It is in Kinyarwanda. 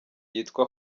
yitwa